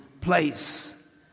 place